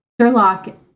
Sherlock